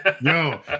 No